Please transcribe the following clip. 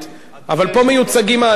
אבל פה מיוצגים האנשים.